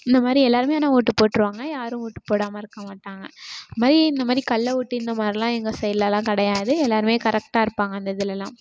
இந்த மாதிரி எல்லாேருமே ஆனால் ஓட்டு போட்டுருவாங்க யாரும் ஓட்டு போடாமல் இருக்க மாட்டாங்க இந் மாதிரி இந்த மாதிரி கள்ள ஓட்டு இந்த மாதிரிலாம் எங்கள் சைட்லெல்லாம் கிடயாது எல்லாேருமே கரெக்டாக இருப்பாங்க அந்த இதுலெல்லாம்